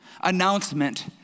announcement